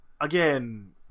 again